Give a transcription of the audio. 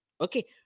Okay